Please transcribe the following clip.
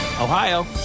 Ohio